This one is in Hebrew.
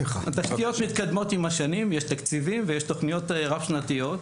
יש תקציבים ויש תוכניות רב שנתיות,